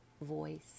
voice